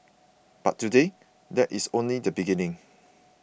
but today that is only the beginning